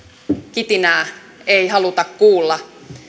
kitinää ei haluta kuulla